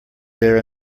there